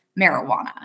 marijuana